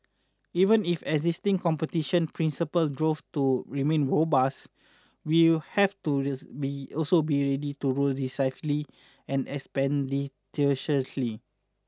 even if existing competition principles prove to remain robust we have to be also be ready to rule decisively and expeditiously